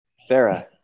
Sarah